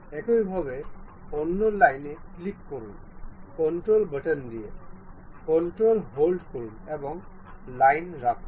একইভাবে অন্য লাইনে ক্লিক করুন কন্ট্রোল বাটন দিয়ে কন্ট্রোল হোল্ড করুন এবং লাইন রাখুন